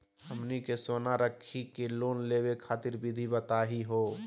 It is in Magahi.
हमनी के सोना रखी के लोन लेवे खातीर विधि बताही हो?